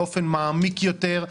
באופן מעמיק יותר.